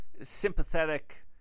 sympathetic